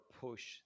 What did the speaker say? push